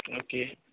او کے